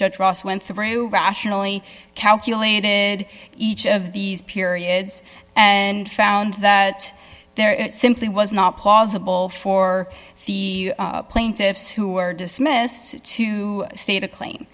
judge ross went through rationally calculated each of these periods and found that there simply was not possible for the plaintiffs who were dismissed to state a cl